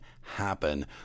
happen